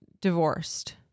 divorced